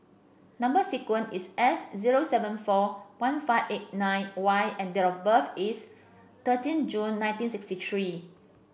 number sequence is S zero seven four one five eight nine Y and date of birth is thirteen June nineteen sixty three